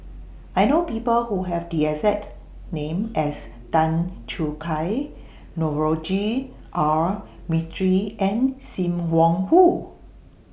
I know People Who Have The exact name as Tan Choo Kai Navroji R Mistri and SIM Wong Hoo